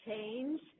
change